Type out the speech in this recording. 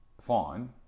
fine